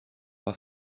pas